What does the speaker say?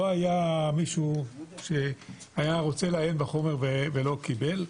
לא היה מישהו שרצה לעיין בחומר ולא קיבל אותו.